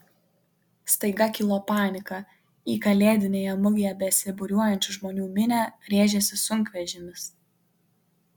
staiga kilo panika į kalėdinėje mugėje besibūriuojančių žmonių minią rėžėsi sunkvežimis